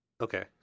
Okay